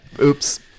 Oops